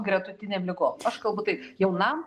gretutinėm ligom aš kalbu taip jaunam